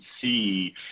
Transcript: see